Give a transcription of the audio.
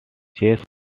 chess